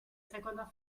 seconda